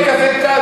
שלא יהיה כזה קל,